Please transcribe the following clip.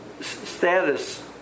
status